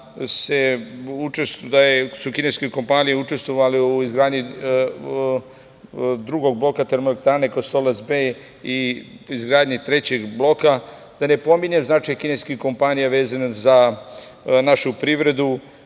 da su u kineskoj kompaniji učestvovali u izgradnji drugog bloka termoelektrane Kostolac B i izgradnji trećeg bloka, da ne pominjem značaj kineskih kompanija vezano za našu privredu.